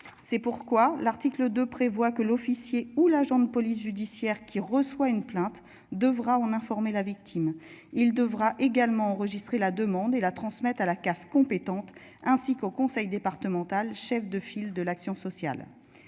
C'est pourquoi l'article 2 prévoit que l'officier ou l'agent de police judiciaire qui reçoit une plainte devra en informer la victime. Il devra également enregistré la demande et la transmettre à la CAF compétentes ainsi qu'au conseil départemental, chef de file de l'action sociale.